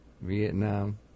Vietnam